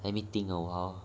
let me think a while